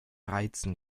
reizen